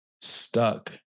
stuck